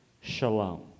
shalom